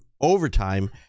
overtime